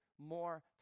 more